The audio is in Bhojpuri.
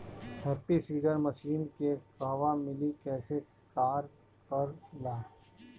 हैप्पी सीडर मसीन के कहवा मिली कैसे कार कर ला?